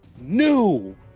new